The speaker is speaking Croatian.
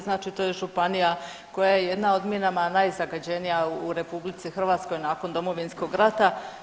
Znači to je županija koja je jedna od minama najzagađenija u RH nakon Domovinskog rata.